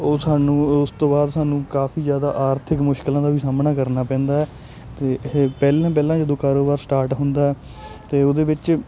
ਉਹ ਸਾਨੂੰ ਉਸ ਤੋਂ ਬਾਅਦ ਸਾਨੂੰ ਕਾਫੀ ਜ਼ਿਆਦਾ ਆਰਥਿਕ ਮੁਸ਼ਕਿਲਾਂ ਦਾ ਵੀ ਸਾਹਮਣਾ ਕਰਨਾ ਪੈਂਦਾ ਅਤੇ ਪਹਿਲਾਂ ਪਹਿਲਾਂ ਜਦੋਂ ਕਾਰੋਬਾਰ ਸਟਾਰਟ ਹੁੰਦਾ ਅਤੇ ਉਹਦੇ ਵਿੱਚ